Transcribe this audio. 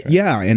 yeah. and